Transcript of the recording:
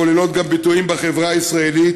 הכוללות גם ביטויים בחברה הישראלית.